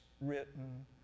written